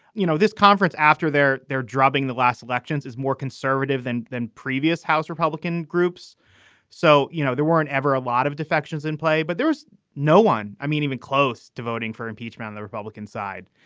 you know, this conference, after their their drubbing, the last elections, is more conservative than than previous house republican groups so, you know, there weren't ever a lot of defections in play, but there was no one. i mean, even close to voting for impeachment, and the republican side,